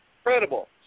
incredible